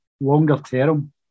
longer-term